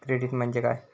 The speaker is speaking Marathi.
क्रेडिट म्हणजे काय?